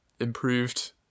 improved